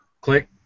Click